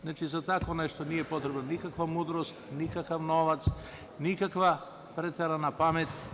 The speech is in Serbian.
Znači, za tako nešto nije potrebna nikakva mudrost, nikakav novac, nikakva preterana pamet.